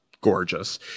gorgeous